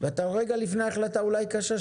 ואתה רואה גם לפני ההחלטה אולי קשה,